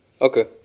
Okay